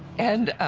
and